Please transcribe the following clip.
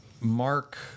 Mark